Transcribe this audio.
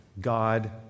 God